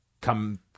come